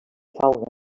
fauna